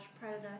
predator